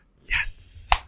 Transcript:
Yes